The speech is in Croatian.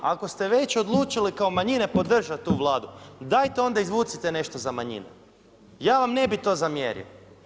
Ako ste već odlučili kao manjine podržati tu Vladu dajte onda izvucite nešto za manjine, ja vam ne bih to zamjerio.